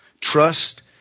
Trust